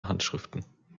handschriften